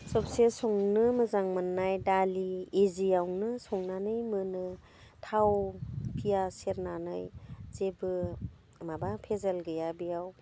सबसे संनो मोजां मोननाय दालि इजियावनो संनानै मोनो थाव फियास सेरनानै जेबो माबा फेजाल गैया बेयाव